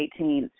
2018